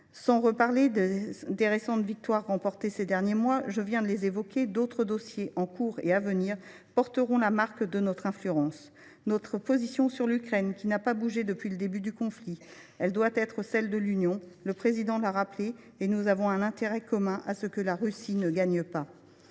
déjà évoqué les récentes victoires remportées ces derniers mois. D’autres dossiers, en cours et à venir, porteront la marque de notre influence. Notre position sur l’Ukraine n’a pas évolué depuis le début du conflit. Elle doit être celle de l’Union. Le Président l’a rappelé, nous avons un intérêt commun à ce que la Russie ne l’emporte pas.